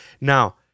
now